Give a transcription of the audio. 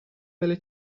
delle